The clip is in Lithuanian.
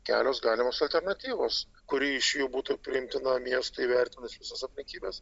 kelios galimos alternatyvos kuri iš jų būtų priimtina miestui įvertinus visas aplinkybes